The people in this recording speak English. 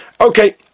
Okay